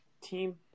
team